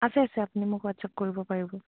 আছে আছে আপুনি মোক হোৱাটছএপ কৰিব পাৰিব